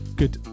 good